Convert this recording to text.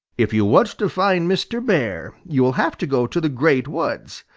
if you want to find mr. bear, you will have to go to the great woods.